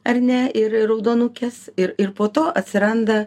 ar ne ir raudonukės ir ir po to atsiranda